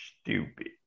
Stupid